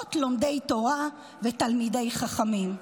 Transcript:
לרבות לומדי תורה ותלמידי חכמים".